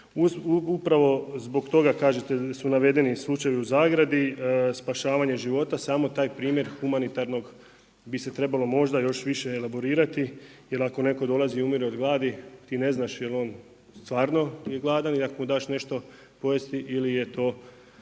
Upravo zbog toga kažete su navedeni slučajevi u zagradi, spašavanje života, samo taj primjer humanitarnog bi se trebalo možda još više elaborirati jer ako netko dolazi, umire od gladi, ti ne znam je li on stvarno je gladan i ako mu daš nešto pojesti ili je to